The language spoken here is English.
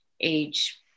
age